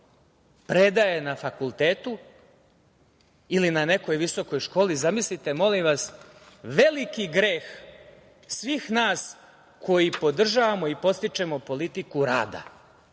predaje na fakultetu ili na nekoj visokoj školi. Zamislite, molim vas, veliki greh svih nas koji podržavamo i podstičemo politiku rada.